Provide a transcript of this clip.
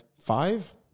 five